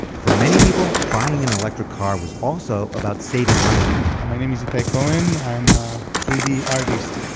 for many people, buying an electric car was also about saving money my name is itay cohen, i'm a three d artist,